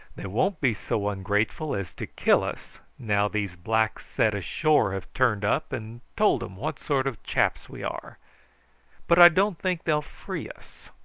they won't be so ungrateful as to kill us, now these blacks set ashore have turned up and told em what sort of chaps we are but i don't think they'll free us.